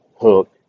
hook